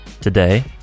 today